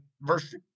verse